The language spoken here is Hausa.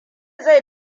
zai